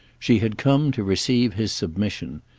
she had come to receive his submission,